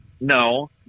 No